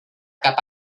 cap